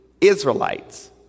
Israelites